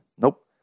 Nope